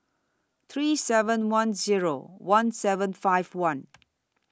three seven one Zero one seven five one